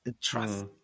trust